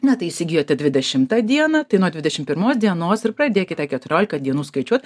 na tai įsigijote dvidešimtą dieną tai nuo dvidešimt pirmos dienos ir pradėkite keturiolika dienų skaičiuot